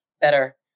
better